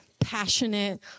passionate